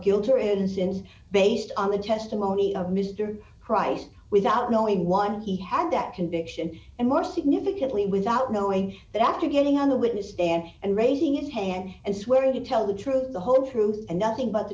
guilt or innocence based on the testimony of mr price without knowing why he had that conviction and more significantly without knowing that after getting on the witness stand and raising his hand and swear to tell the truth the whole truth and nothing but the